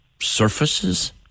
surfaces